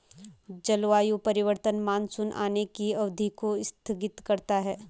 जलवायु परिवर्तन मानसून आने की अवधि को स्थगित करता है